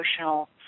emotional